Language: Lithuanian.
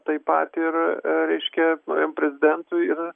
taip pat ir reiškia naujam prezidentui ir